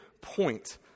point